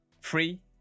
free